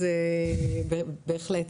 אז בהחלט.